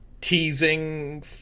teasing